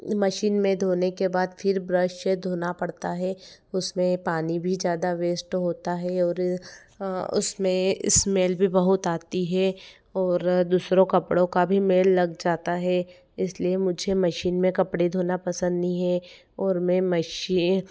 machine में धोने के बाद फिर ब्रश से धोना पड़ता है उसमें पानी भी ज़्यादा वेस्ट होता है और उसमें स्मेल भी बहुत आती है और दूसरों कपड़ों का मैल भी लग जाता है इसलिए मुझे मशीन में कपड़े धोना पसंद नहीं है और में मशीन